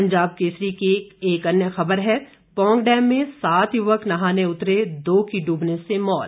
पंजाब केसरी की एक अन्य खबर है पौंग डैम में सात युवक नहाने उतरे दो की डूबने से मौत